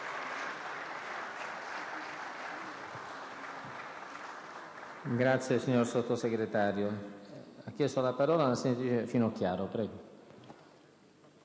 lei, signor Sottosegretario.